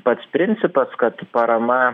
pats principas kad parama